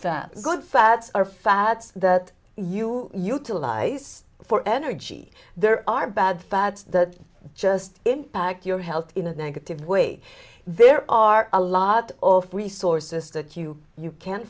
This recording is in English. fats good fats are fats that you utilize for energy there are bad fats that just impact your health in a negative way there are a lot of resources to q you can